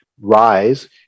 rise